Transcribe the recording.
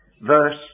verse